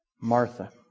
Martha